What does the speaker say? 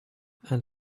and